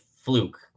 fluke